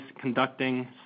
conducting